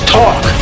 talk